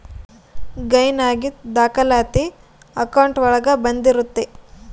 gain ಆಗಿದ್ ದಾಖಲಾತಿ account ಒಳಗ ಬಂದಿರುತ್ತೆ